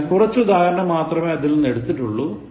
ഞാൻ കുറച്ചു ഉദാഹരണങ്ങൾ മാത്രമേ അതിൽ നിന്ന് എടുത്തിട്ടുള്ളൂ